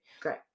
great